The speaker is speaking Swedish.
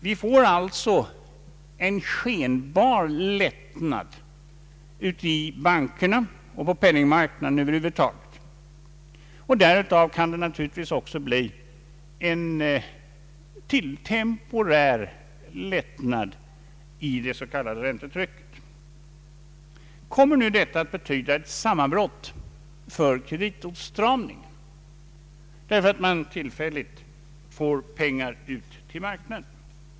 Vi får alltså en skenbar lättnad i bankerna och på penningmarknaden över huvud taget, och därav kan det naturligtvis också bli en temporär lättnad i det s.k. räntetrycket. Kommer nu detta att betyda ett sammanbrott för kreditåtstramningen, därför att man tillfälligt får pengar ut i marknaden?